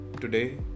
today